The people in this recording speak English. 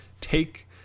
take